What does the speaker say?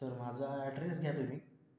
तर माझा ॲड्रेस घ्या तुम्ही